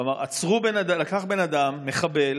כלומר, לקח בן אדם, מחבל,